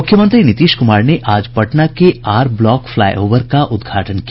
मुख्यमंत्री नीतीश कुमार ने आज पटना के आर ब्लॉक फ्लाईओवर का उद्घाटन किया